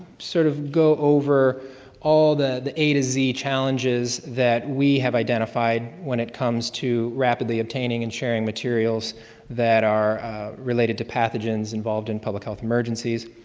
sort of go over all the a to z challenges that we have identified when it comes to rapidly obtaining and sharing materials that are related to pathogens involved in public health emergencies.